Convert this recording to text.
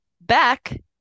back